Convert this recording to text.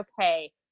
okay